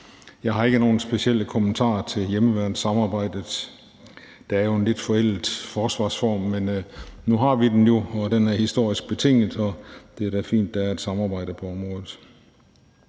Jeg har ikke nogen specielle kommentarer til hjemmeværnssamarbejdet. Det er jo en lidt forældet forsvarsform, men nu har vi den jo, og den er historisk betinget, og det er da fint, at der er et samarbejde på området.